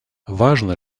важно